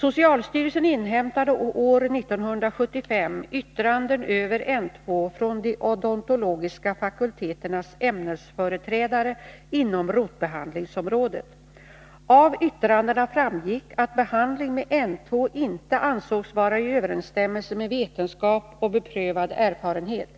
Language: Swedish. Socialstyrelsen inhämtade år 1975 yttranden över N-2 från de odontologiska fakulteternas ämnesföreträdare inom rotbehandlingsområdet. Av yttrandena framgick att behandling med N-2 inte ansågs vara i överensstämmelse med vetenskap och beprövad erfarenhet.